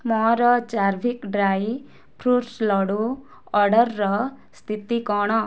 ମୋ'ର Charvik dry fruit laddu ଅର୍ଡ଼ର୍ର ସ୍ଥିତି କ'ଣ